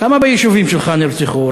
כמה ביישובים שלך נרצחו?